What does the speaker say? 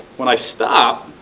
when i stop,